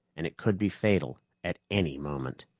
and it could be fatal at any moment.